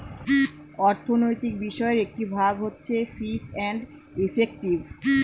অর্থনৈতিক বিষয়ের একটি ভাগ হচ্ছে ফিস এন্ড ইফেক্টিভ